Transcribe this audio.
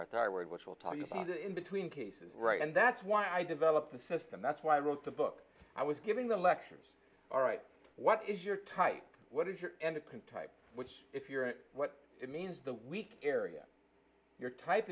our thyroid which will tell you some of the in between cases right and that's why i developed a system that's why i wrote the book i was giving the lectures all right what is your type what is your end of can type which if you're what it means the week area your type